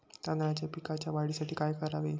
तांदळाच्या पिकाच्या वाढीसाठी काय करावे?